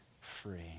free